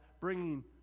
bringing